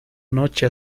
noche